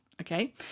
Okay